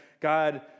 God